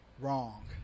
Wrong